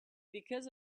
because